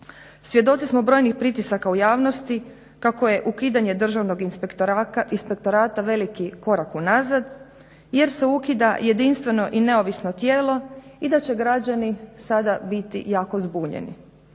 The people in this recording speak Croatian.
svjedoci smo brojnih pritisaka u javnosti kako je ukidanje Državnog inspektorata veliki korak unazad jer se ukida jedinstveno i neovisno tijelo i da će građani sada biti jako zbunjeni